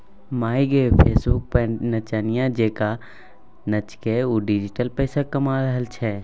माय गे फेसबुक पर नचनिया जेंका नाचिकए ओ डिजिटल पैसा कमा रहल छै